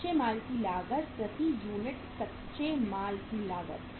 कच्चे माल की लागत प्रति यूनिट कच्चे माल की लागत